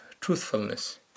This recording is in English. truthfulness